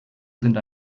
sind